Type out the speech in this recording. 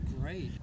great